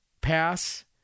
pass